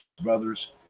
Brothers